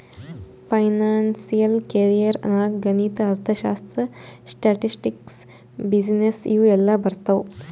financial career ನಾಗ್ ಗಣಿತ, ಅರ್ಥಶಾಸ್ತ್ರ, ಸ್ಟ್ಯಾಟಿಸ್ಟಿಕ್ಸ್, ಬಿಸಿನ್ನೆಸ್ ಇವು ಎಲ್ಲಾ ಬರ್ತಾವ್